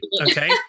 Okay